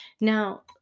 Now